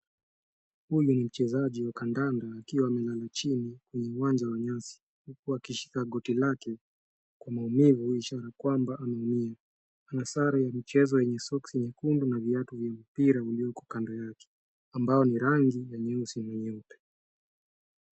Huyu ni mchezaji wa kandanda akiwa amelala chini kwenye uwanja wa nyasi, huku akishika goti lake kwa maumivu, ishara kwamba ameumia. Ana sare ya michezo yenye soksi nyekundu na viatu vya mpira ulioko kando yake, ambao ni rangi ya nyeusi na nyeupe.